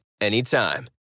Anytime